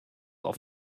auf